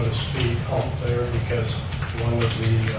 speed bump there because one of the